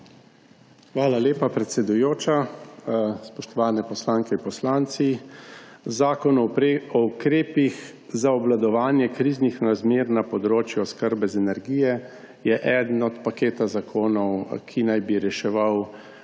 Hvala lepa, predsedujoča. Spoštovane poslanke in poslanci! Zakon o ukrepih za obvladovanje kriznih razmer na področju oskrbe z energijo je eden od paketa zakonov, ki naj bi reševal